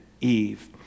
Eve